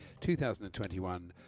2021